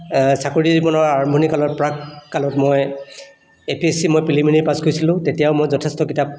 চাকৰি জীৱনৰ আৰম্ভণি কালত প্ৰাক কালত মই এপিএছচি মই প্ৰিলিমিনেৰি পাছ কৰিছিলোঁ তেতিয়াও মই যথেষ্ট কিতাপ